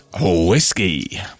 whiskey